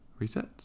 resets